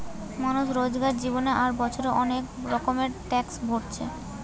মানুষ রোজকার জীবনে আর বছরে অনেক রকমের ট্যাক্স ভোরছে